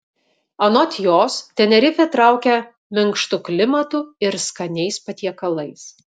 anot jos tenerifė traukia minkštu klimatu ir skaniais patiekalais